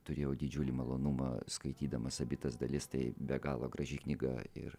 turėjau didžiulį malonumą skaitydamas abi tas dalis tai be galo graži knyga ir